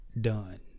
done